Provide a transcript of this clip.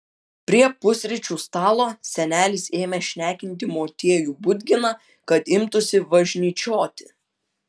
prie pusryčių stalo senelis ėmė šnekinti motiejų budginą kad imtųsi važnyčioti